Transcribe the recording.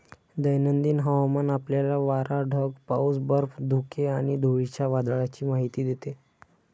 दैनंदिन हवामान आपल्याला वारा, ढग, पाऊस, बर्फ, धुके आणि धुळीच्या वादळाची माहिती देते